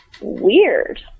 weird